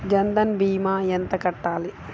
జన్ధన్ భీమా ఎంత కట్టాలి?